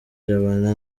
jabana